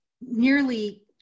nearly